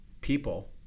people